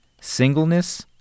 singleness